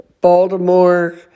Baltimore